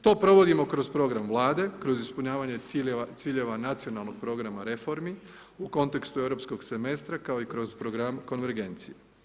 To provodimo kroz program Vlade, kroz ispunjavanje ciljeva Nacionalnog programa reformi u kontekstu europskog semestra, kao i kroz Program konvergencije.